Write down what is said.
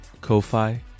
Ko-Fi